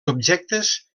objectes